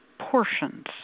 Portions